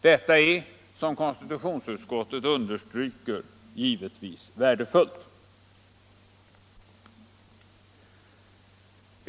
Detta är, som konstitutionsutskottet understryker, givetvis värdefullt.